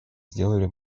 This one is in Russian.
сделали